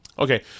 Okay